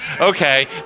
Okay